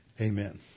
Amen